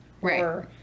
Right